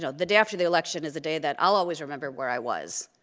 so the day after the election is a day that i'll always remember, where i was,